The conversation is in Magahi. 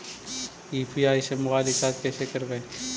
यु.पी.आई से मोबाईल रिचार्ज कैसे करबइ?